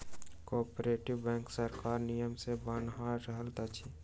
cooperative bank सरकारक नियम सॅ बन्हायल रहैत अछि